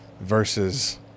versus